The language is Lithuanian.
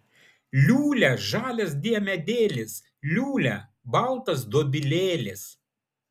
liūlia žalias diemedėlis liūlia baltas dobilėlis